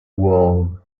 world